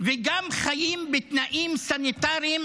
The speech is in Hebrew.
וגם חיים בתנאים סניטריים